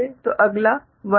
तो अगला 1 है